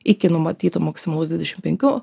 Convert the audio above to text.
iki numatyto maksimalaus dvidešimt penkių